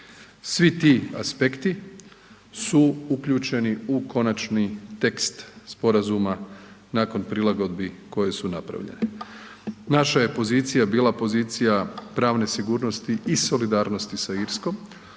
Svi ti aspekti su uključeni u konačni tekst sporazuma nakon prilagodbi koje su napravljene. Naša je pozicija bila pozicija pravne sigurnosti i solidarnosti sa Irskom,